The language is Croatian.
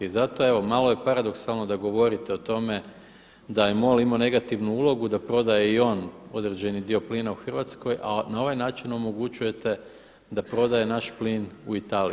I zato evo malo je paradoksalno da govorite o tome da je MOL imao negativnu ulogu da i on prodaje određeni dio plina u Hrvatskoj, a na ovaj način omogućujete da prodaje naš plin u Italiji.